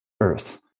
earth